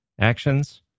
actions